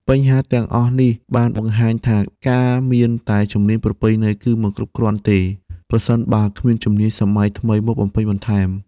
បញ្ហាទាំងអស់នេះបានបង្ហាញថាការមានតែជំនាញប្រពៃណីគឺមិនគ្រប់គ្រាន់ទេ ប្រសិនបើគ្មានជំនាញសម័យថ្មីមកបំពេញបន្ថែម។